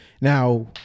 Now